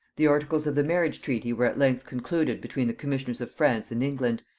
the articles of the marriage-treaty were at length concluded between the commissioners of france and england,